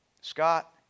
Scott